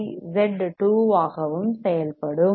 C RC Z 2 ஆகவும் செயல்படும்